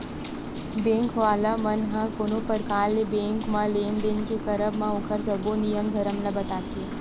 bank वाला मन ह कोनो परकार ले बेंक म लेन देन के करब म ओखर सब्बो नियम धरम ल बताथे